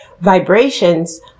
vibrations